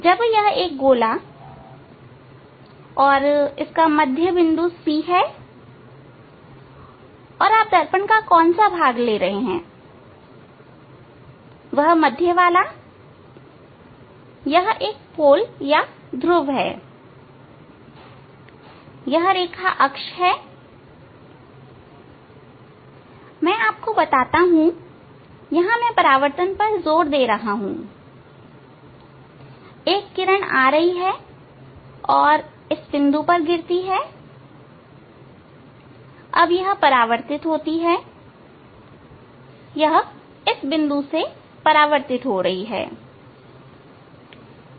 जब यह एक गोला है और इस का मध्य बिंदु C है और आप दर्पण का कौन सा भाग ले रहे हैं वह मध्य वाला यह एक पोल है यह रेखा अक्ष है मैं आपको बताता हूं यहां मैं परावर्तन पर जोर दे रहा हूं एक किरण आ रही है और इस बिंदु पर गिरती है अब यह परावर्तित होती है यह इस बिंदु से परावर्तित हो रही है